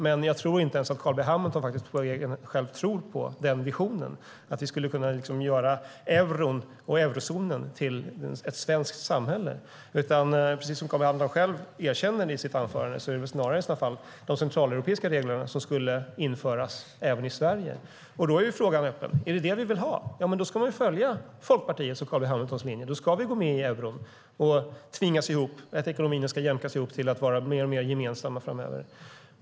Men jag tror inte att ens Carl B Hamilton själv tror på denna vision, alltså att vi skulle kunna göra euron och eurozonen till ett svenskt samhälle. Precis som Carl B Hamilton själv erkänner i sitt anförande är det i så fall snarare de centraleuropeiska reglerna som skulle införas även i Sverige. Då är frågan öppen. Är det detta som vi vill ha? Då ska vi följa Folkpartiets och Carl B Hamiltons linje. Då ska vi gå med i euron och tvingas se att ekonomierna ska jämkas ihop till att vara mer och mer gemensamma framöver.